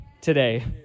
today